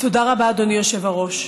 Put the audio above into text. תודה רבה, אדוני היושב בראש.